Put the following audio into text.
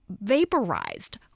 vaporized